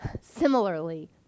Similarly